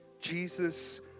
Jesus